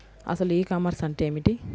అసలు e-commerce అంటే ఏమిటి?